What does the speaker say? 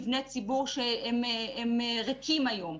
מבני ציבור שהם ריקים היום.